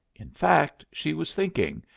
in fact, she was thinking,